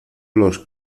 los